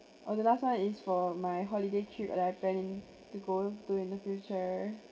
or the last one is for my holiday trip that I'm planning to go to in the future